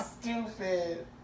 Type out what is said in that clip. Stupid